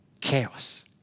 Chaos